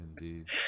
indeed